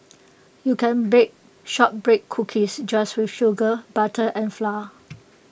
you can bake Shortbread Cookies just with sugar butter and flour